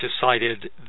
decided